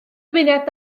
dymuniad